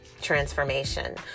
transformation